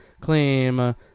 claim